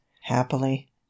happily